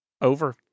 over